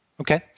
Okay